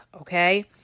Okay